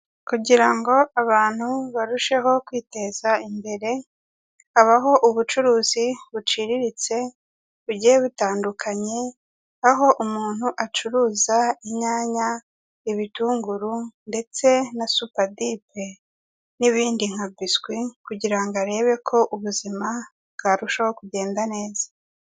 Kugira ngo abantu barusheho kwiteza imbere, habaho ubucuruzi buciriritse bugiye butandukanye aho umuntu acuruza inyanya, ibitunguru ndetse na supadipe n'ibindi nka biswi kugira ngo arebe ko ubuzima bwarushaho kugenda neza.